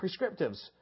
prescriptives